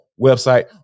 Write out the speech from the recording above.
website